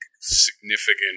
significant